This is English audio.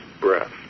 breath